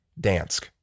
Dansk